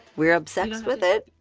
we're obsexxed with it.